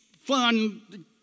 fun